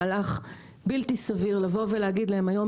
מהלך בלתי סביר להגיד להם היום,